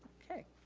okay.